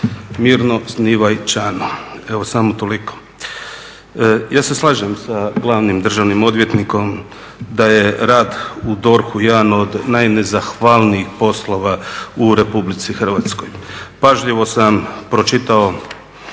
Mirno snivaj Ćano. Evo samo toliko. Ja se slažem sa glavnim državnim odvjetnikom da je rad u DORH-u jedan od najnezahvalnijih poslova u RH. pažljivo sam pročitao